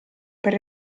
per